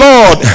Lord